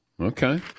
okay